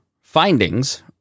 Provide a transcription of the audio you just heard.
findings